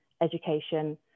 education